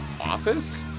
office